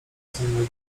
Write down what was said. sennego